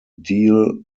deal